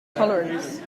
tolerance